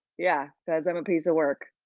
yeah, cause i'm a piece of work.